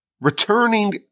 returning